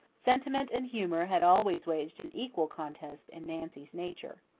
sentiment and humour had always waged an equal contest in nancy's nature.